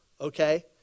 okay